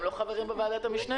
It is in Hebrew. הם לא חברים בוועדת המשנה.